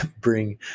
bring